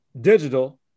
digital